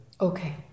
Okay